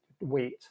Wait